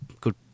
good